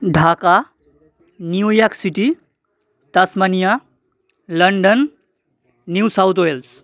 Dhaka New York City Tasmania London New South Wales